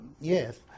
Yes